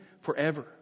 forever